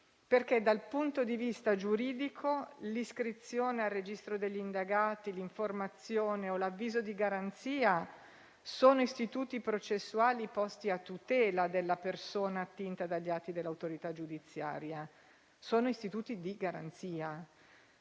perché dal punto di vista giuridico l'iscrizione nel registro degli indagati, l'informazione o l'avviso di garanzia sono istituti processuali posti a tutela della persona attinta dagli atti dell'autorità giudiziaria. Sono istituti di garanzia